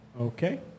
Okay